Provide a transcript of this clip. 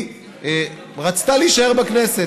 שרצתה להישאר בכנסת,